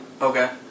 Okay